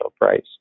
price